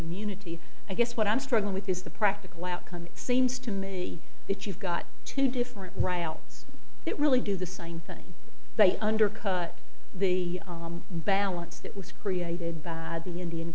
immunity i guess what i'm struggling with is the practical outcome it seems to me that you've got two different routes that really do the sign thing they undercut the balance that was created by the indian